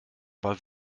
aber